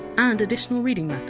and additional reading matter,